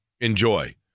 enjoy